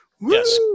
Yes